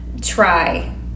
try